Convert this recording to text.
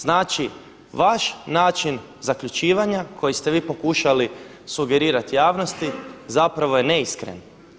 Znači, vaš način zaključivanja koji ste vi pokušali sugerirati javnosti zapravo je neiskren.